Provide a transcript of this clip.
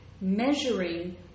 measuring